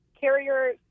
carrier